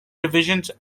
divisions